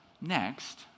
next